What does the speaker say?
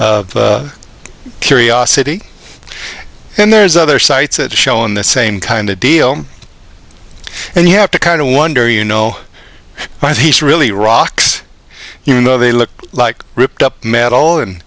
of curiosity and there's other sites that show on the same kind of deal and you have to kind of wonder you know why he's really rocks you know they look like ripped up metal and